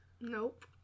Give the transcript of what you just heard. Nope